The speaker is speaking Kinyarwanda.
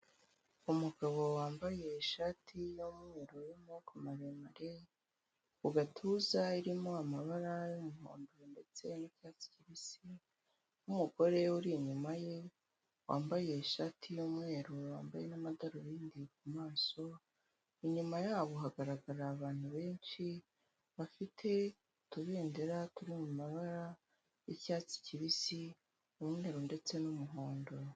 Umugabo wambaye ishati y'umweru y'amaboko maremare ku gatuza irimo amabara y'umuhondo ndetse n'icyatsi kibisi, nk'umugore uri inyuma ye wambaye ishati y'umweru wambaye n'amadarubindi ku maso inyuma yabo hagaragara abantu benshi bafite utubendera tuwori mu mabara yicyatsi kibisi, umwerube ndetse n'umuhondo.